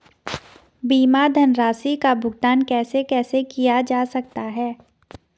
बीमा धनराशि का भुगतान कैसे कैसे किया जा सकता है?